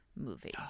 movie